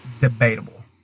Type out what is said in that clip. debatable